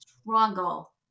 struggle